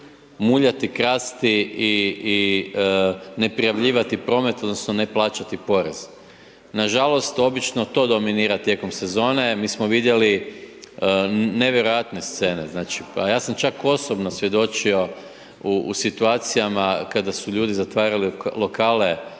muljati, krasti i neprijavljivati promet, odnosno ne plaćati porez. Nažalost obično to dominira tijekom sezone. Mi smo vidjeli nevjerojatne scene, znači pa ja sam čak osobno svjedočio u situacijama kada su ljudi zatvarali lokale